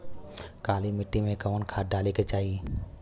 काली मिट्टी में कवन खाद डाले के चाही?